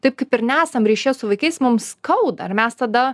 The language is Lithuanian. taip kaip ir nesam ryšyje su vaikais mums skauda ir mes tada